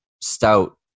stout